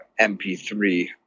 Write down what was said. MP3